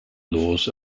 laws